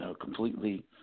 completely